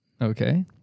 Okay